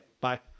bye